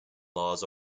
laws